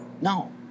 No